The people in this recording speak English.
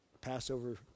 Passover